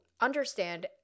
understand